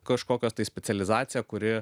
kažkokios tai specializacija kuri